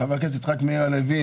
חבר הכנסת יצחק מאיר הלוי,